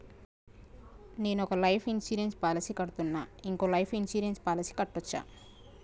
నేను ఒక life insurance policy కడ్తున్నా, ఇంకో లైఫ్ ఇన్సూరెన్స్ పాలసీ కట్టొచ్చా?